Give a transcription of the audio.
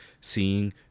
seeing